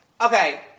Okay